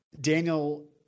Daniel